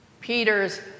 Peter's